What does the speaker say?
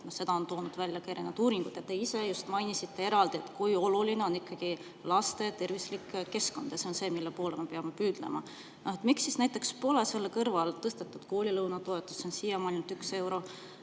Seda on toonud välja ka erinevad uuringud ja te ise mainisite eraldi, kui oluline on ikkagi laste tervislik keskkond. See on see, mille poole me peame püüdlema. Miks näiteks pole selle kõrval tõstetud koolilõuna toetust – see on siiamaani ainult